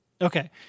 Okay